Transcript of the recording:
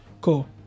Cool